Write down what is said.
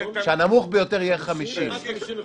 כשהנמוך ביותר יהיה 50. כשהנמוך ביותר יהיה 50,